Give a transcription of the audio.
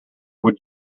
would